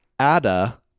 Ada